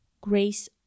Grace